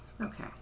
okay